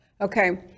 Okay